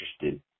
interested